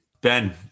Ben